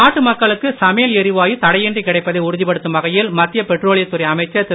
நாட்டு மக்களுக்கு சமையல் எரிவாயு தடையின்றி கிடைப்பதை உறுதிப்படுத்தும் வகையில் மத்திய பெட்ரோலியத்துறை அமைச்சர் திரு